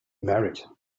married